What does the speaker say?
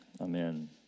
amen